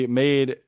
made